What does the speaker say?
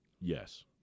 Yes